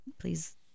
please